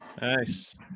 Nice